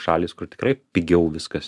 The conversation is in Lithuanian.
šalys kur tikrai pigiau viskas